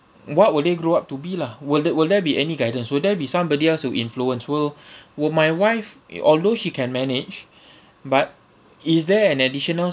what will they grow up to be lah will there will there be any guidance will there be somebody else who influence will will my wife eh although she can manage but is there an additional